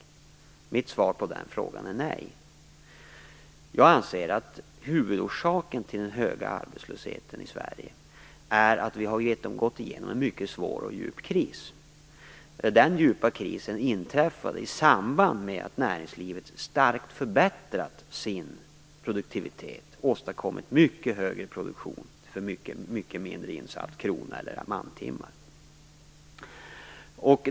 Mitt svar på den frågan är nej. Jag anser att huvudorsaken till den höga arbetslösheten i Sverige är att vi har gått igenom en mycket svår och djup kris. Den djupa krisen inträffade i samband med att näringslivet starkt förbättrat sin produktivitet och åstadkommit en mycket högre produktion för mycket mindre insatta kronor eller mantimmar.